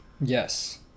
Yes